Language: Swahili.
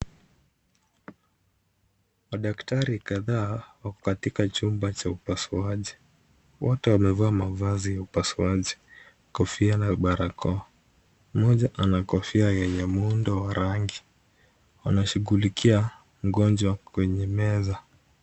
Wadaktari kadhaa wako katika chumba cha upasuaji. Wote wamevaa mavazi ya upasuaji kofia na barakoa. Mmoja ana kofia yenye muundo wa rangi. Wanashughulikia mgonjwa kwenye meza.